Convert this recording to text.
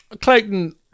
Clayton